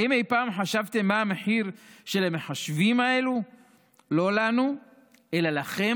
האם אי פעם חשבתם מה המחיר של המחשבים האלה לא לנו אלא לכם,